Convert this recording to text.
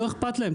לא אכפת להם.